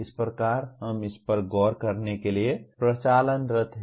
इस प्रकार हम इस पर गौर करने के लिए प्रचालनरत हैं